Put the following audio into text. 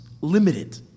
limited